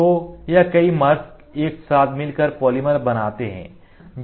तो यह कई मरश एक साथ मिलकर पॉलीमर बनाते हैं